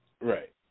Right